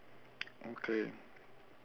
okay